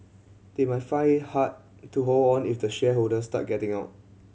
they might hard to hold on if the shareholders start getting out